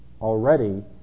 already